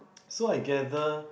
so I gather